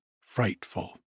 frightful